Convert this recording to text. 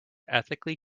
ethically